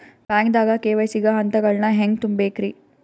ಬ್ಯಾಂಕ್ದಾಗ ಕೆ.ವೈ.ಸಿ ಗ ಹಂತಗಳನ್ನ ಹೆಂಗ್ ತುಂಬೇಕ್ರಿ?